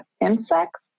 insects